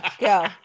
go